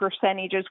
percentages